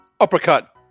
Uppercut